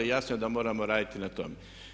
Jasno je da moramo raditi na tome.